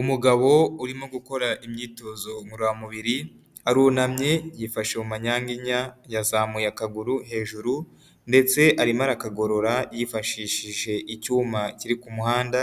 Umugabo urimo gukora imyitozo ngororamubiri, arunamye yifashe mu manyanyinya, yazamuye akaguru hejuru ndetse arimo arakagorora yifashishije icyuma kiri ku muhanda